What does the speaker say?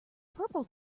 purple